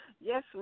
Yes